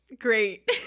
great